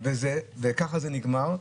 וככה זה נגמר,